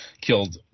killed